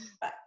Bye